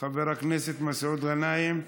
חבר הכנסת מסעוד גנאים,